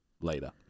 later